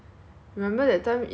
quite scared already cause